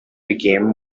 became